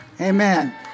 Amen